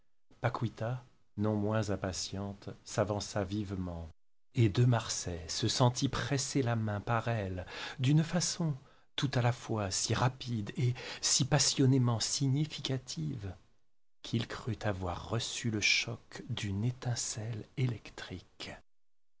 retournerait paquita non moins impatiente s'avança vivement et de marsay se sentit presser la main par elle d'une façon tout à la fois si rapide et si passionnément significative qu'il crut avoir reçu le choc d'une étincelle électrique